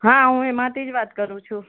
હા હું એમાંથી જ વાત કરું છું